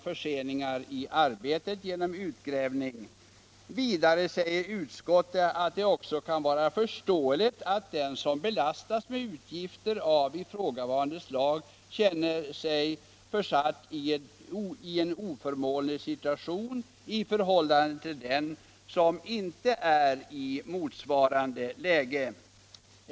Vidare säger utskottet att det också kan vara förståeligt att den som belastas med utgifter av ifrågavarande slag känner sig försatt i en oförmånlig situation i förhållande till den som inte är i motsvarande läge.